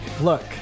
look